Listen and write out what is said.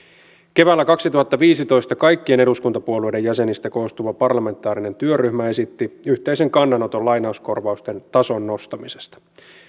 keväällä kaksituhattaviisitoista kaikkien eduskuntapuolueiden jäsenistä koostuva parlamentaarinen työryhmä esitti yhteisen kannanoton lainauskorvausten tason nostamisesta